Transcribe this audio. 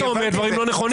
אתה אומר דברים לא נכונים,